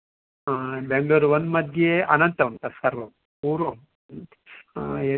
Bengaluru one मध्ये अनन्तरं तत्सर्वं पूर्वं यः